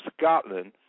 Scotland